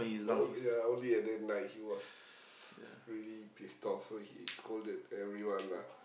o~ ya only at that night he was s~ really pissed off so he scolded everyone lah